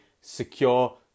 Secure